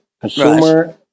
consumer